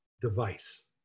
device